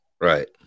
Right